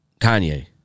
Kanye